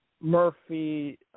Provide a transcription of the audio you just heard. Murphy